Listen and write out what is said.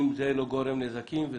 אם זה לא גורם לנזקים.